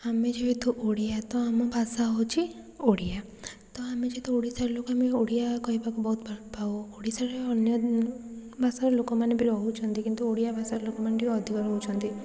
ଆମେ ଯେହେତୁ ଓଡ଼ିଆ ତ ଆମ ଭାଷା ହେଉଛି ଓଡ଼ିଆ ତ ଆମେ ଯେହେତୁ ଓଡ଼ିଶାର ଲୋକ ଆମେ ଓଡ଼ିଆ କହିବାକୁ ବହୁତ ଭଲପାଉ ଓଡ଼ିଶାର ଅନ୍ୟ ଭାଷାର ଲୋକମାନେ ବି ରହୁଛନ୍ତି କିନ୍ତୁ ଓଡ଼ିଆ ଭାଷାର ଲୋକମାନେ ଟିକିଏ ଅଧିକ ରହୁଛନ୍ତି